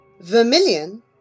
Vermilion